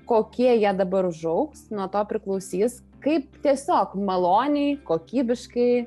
kokie jie dabar užaugs nuo to priklausys kaip tiesiog maloniai kokybiškai